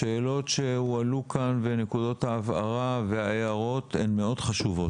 השאלות שהועלו כאן ונקודות ההבהרה והערות הן מאוד חשובות.